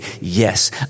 yes